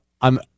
I'm-